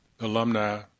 alumni